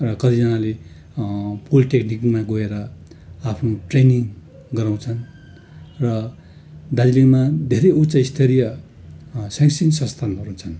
र कतिजनाले पोलिटेक्निकमा गएर आफ्नो ट्रेनिङ गराउँछन् र दार्जिलिङमा धेरै उच्च स्तरीय शैक्षिक संस्थानहरू छन्